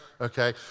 okay